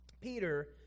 Peter